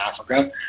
Africa